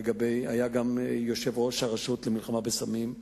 היה גם יושב-ראש הרשות למלחמה בסמים.